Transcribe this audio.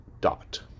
dot